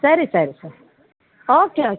ಸರಿ ಸರಿ ಸರಿ ಓಕೆ ಓಕೆ